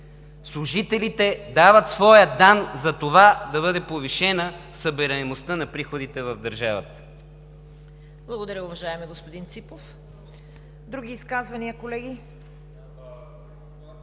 служителите дават своя дан, за да бъде повишена събираемостта на приходите в държавата.